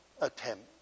attempt